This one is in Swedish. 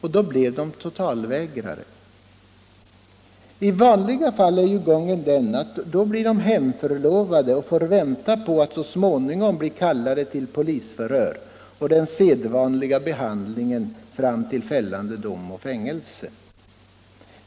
Då blev de totalvägrare. I vanliga fall är gången sådan att vapenvägrare blir hemförlovade och får vänta på att så småningom bli kallade till polisförhör och den sedvanliga behandlingen fram till fällande dom och fängelse.